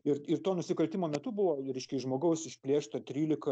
ir ir to nusikaltimo metu buvo reiškia iš žmogaus išplėšta trylika